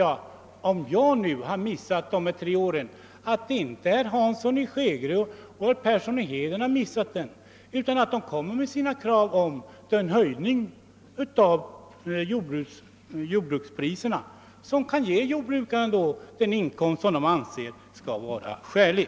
Jag hoppas att herr Hansson i Skegrie och herr Persson i Heden då kommer att visa att inte de också har missat de tre år som gått, utan att de då verkligen redovisar sina krav på en sådan höjning av jordbrukspriserna som kan ge jordbrukarna den inkomst de anser vara skälig.